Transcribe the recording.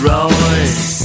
Royce